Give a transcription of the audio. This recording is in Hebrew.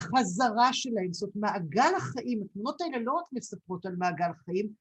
חזרה של האמצעות, מעגל החיים, התמונות האלה לא מספרות על מעגל החיים.